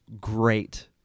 great